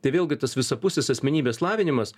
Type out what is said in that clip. tai vėlgi tas visapusis asmenybės lavinimas